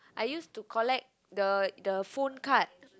I used to collect the the phone card